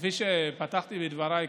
כפי שפתחתי בדבריי,